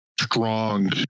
strong